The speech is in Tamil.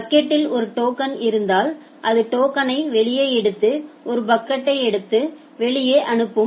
பக்கெட்டில் ஒரு டோக்கன் இருந்தால் அது டோக்கனைவெளியே எடுத்து ஒரு பாக்கெட்டை எடுத்து வெளியே அனுப்பும்